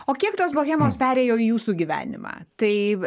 o kiek tos bohemos perėjo į jūsų gyvenimą tai